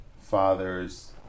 father's